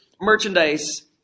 merchandise